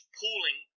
pooling